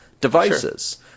devices